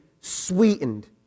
sweetened